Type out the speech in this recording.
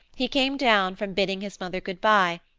he came down from bidding his mother good-bye,